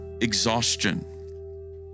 exhaustion